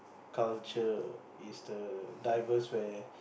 culture is the diverse where